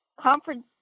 conference